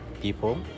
people